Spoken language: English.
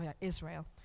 Israel